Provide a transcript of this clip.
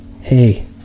hey